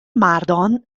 مردان